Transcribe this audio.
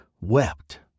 wept